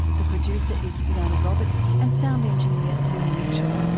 the producer is fiona roberts and sound engineer louis mitchell.